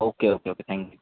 okay okay okay thank you